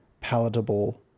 palatable